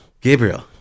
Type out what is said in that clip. Gabriel